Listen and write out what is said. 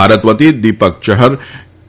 ભારત વતી દિપક ચહર કે